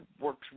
works